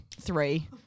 three